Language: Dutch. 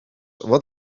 wat